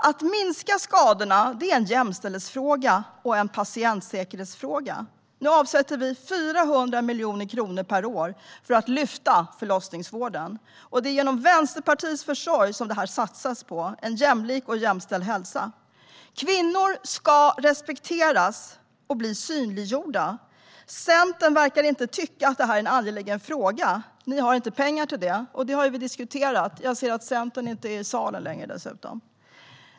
Att minska skadorna är en jämställdhetsfråga och en patientsäkerhetsfråga. Nu avsätter vi 400 miljoner kronor per år för att lyfta förlossningsvården. Genom Vänsterpartiets försorg satsas det på jämlik och jämställd hälsa. Kvinnor ska respekteras och bli synliggjorda. Centern verkar inte tycka att det är en angelägen fråga. Ni har inte lagt pengar till det. Det har vi diskuterat. Centern är dessutom inte i salen längre.